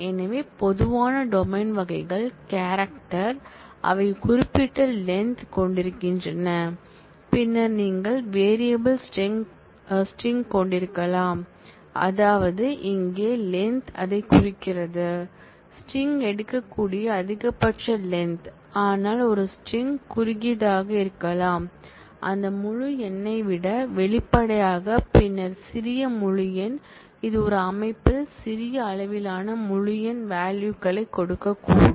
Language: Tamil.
எனவே பொதுவான டொமைன் வகைகள் கேரக்ட்டர் அவை ஒரு குறிப்பிட்ட லென்த் கொண்டிருக்கின்றன பின்னர் நீங்கள் வேறியபல் ஸ்ட்ரிங் கொண்டிருக்கலாம் அதாவது இங்கே லென்த் அதைக் குறிக்கிறது ஸ்ட்ரிங் எடுக்கக்கூடிய அதிகபட்ச லென்த் ஆனால் ஒரு ஸ்ட்ரிங் குறுகியதாக இருக்கலாம் அந்த முழு எண்ணை விட வெளிப்படையாக பின்னர் சிறிய முழு எண் இது ஒரு அமைப்பில் சிறிய அளவிலான முழு எண் வால்யூகளைக் கொடுக்கக்கூடும்